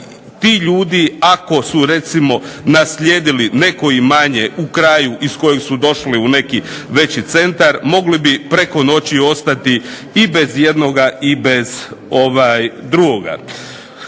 ti ljudi ako su recimo naslijedili neko imanje u kraju iz kojeg su došli u neki veći centar mogli bi preko noći ostati i bez jednoga i bez drugoga.